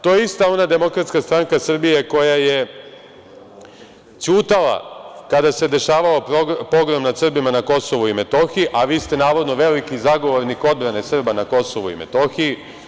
To je ista ona DSS koja je ćutala kada se dešavao pogrom nad Srbima na Kosovu i Metohiji, a vi ste navodno veliki zagovornik odbrane Srba na Kosovu i Metohiji.